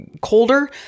colder